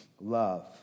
love